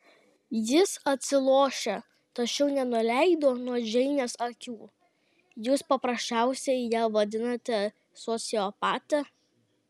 jis atsilošė tačiau nenuleido nuo džeinės akių jūs paprasčiausiai ją vadinate sociopate